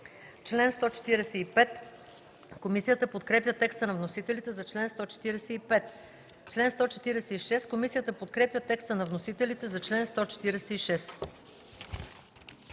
чл. 151. Комисията подкрепя текста на вносителите за чл. 152. Комисията подкрепя текста на вносителите за чл. 153.